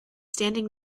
standing